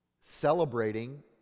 celebrating